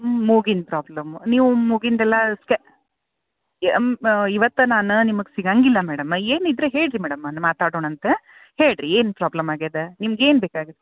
ಹ್ಞೂ ಮೂಗಿಂದು ಪ್ರಾಬ್ಲಮ್ ನೀವು ಮೂಗಿಂದೆಲ್ಲ ಸ್ಕ್ಯಾ ಇವತ್ತು ನಾನು ನಿಮ್ಗೆ ಸಿಗೊಂಗಿಲ್ಲ ಮೇಡಮ ಏನಿದ್ದರೆ ಹೇಳಿ ರೀ ಮೇಡಮ್ ಮಾತಾಡೋಣಂತೆ ಹೇಳಿ ರೀ ಏನು ಪ್ರಾಬ್ಲಮ್ ಆಗೆದ ನಿಮ್ಗೆ ಏನು ಬೇಕಾ